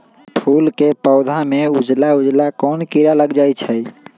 फूल के पौधा में उजला उजला कोन किरा लग जई छइ?